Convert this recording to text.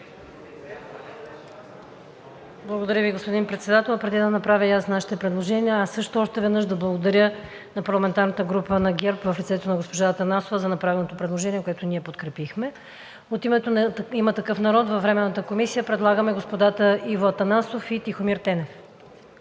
Благодаря Ви, господин Председател. Преди да направя и аз нашите предложения, също още веднъж да благодаря на парламентарната група на ГЕРБ в лицето на госпожа Атанасова за направеното предложение, което ние подкрепихме. От името на „Има такъв народ“ във Временната комисия предлагаме господата Иво Атанасов и Тихомир Тенев.